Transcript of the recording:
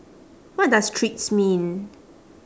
what does treats mean